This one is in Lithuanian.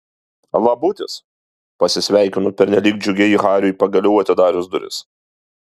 labutis pasisveikinu pernelyg džiugiai hariui pagaliau atidarius duris